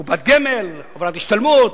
קופת גמל, קופת השתלמות,